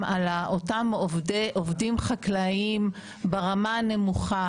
על אותם עובדים חקלאיים ברמה הנמוכה.